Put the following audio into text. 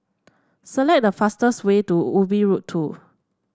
select the fastest way to Ubi Road Two